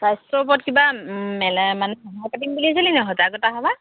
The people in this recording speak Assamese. স্বাস্থ্যৰ ওপৰত কিবা মেলে মানে পাতিম বুলি ভাবিছিলেনি সজাগতা সভা